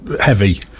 heavy